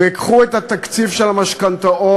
וקחו את התקציב של המשכנתאות,